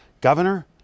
Governor